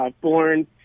born